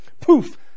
Poof